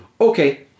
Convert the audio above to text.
Okay